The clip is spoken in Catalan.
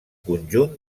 conjunt